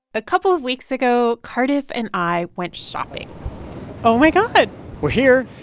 a couple of weeks ago, cardiff and i went shopping oh, my god we're here.